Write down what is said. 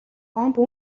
гомбо